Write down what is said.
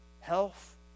health